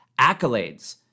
accolades